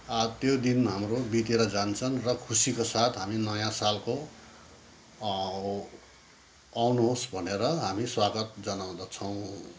आ त्यो दिन हाम्रो बितेर जान्छन् र खुसीको साथ हामी नयाँ सालको आउनुहोस् भनेर हामी स्वागत जनाउँदछौँ